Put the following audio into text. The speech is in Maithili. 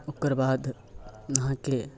ओकर बाद अहाँके